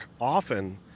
often